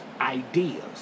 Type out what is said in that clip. ideas